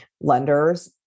lenders